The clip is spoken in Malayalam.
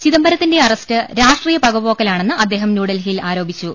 ചിദംബര ത്തിന്റെ അറസ്റ്റ് രാഷ്ട്രീയ പകപോക്കലാണെന്ന് അദ്ദേഹം ന്യൂഡൽഹിയിൽ ആരോപിച്ചു